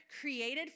created